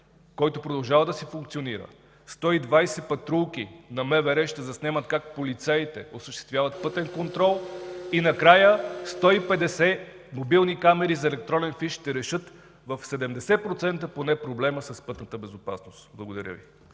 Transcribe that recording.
който продължава да си функционира – 120 патрулки на МВР ще заснемат как полицаите осъществяват пътен контрол и накрая 150 мобилни камери за електронен фиш ще решат в 70% поне проблема с пътната безопасност. Благодаря Ви.